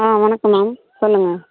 ஆ வணக்கம் மேம் சொல்லுங்கள்